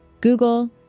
Google